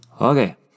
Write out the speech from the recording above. okay